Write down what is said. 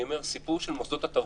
אני מבקש את תמיכתך לנושא הקודם.